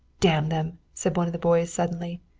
damn them! said one of the boys suddenly.